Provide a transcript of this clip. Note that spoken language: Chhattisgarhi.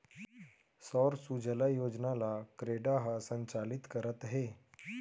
सौर सूजला योजना ल क्रेडा ह संचालित करत हे